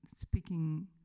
speaking